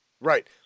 Right